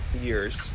years